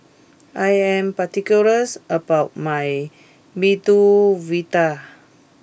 I am particular about my Medu Vada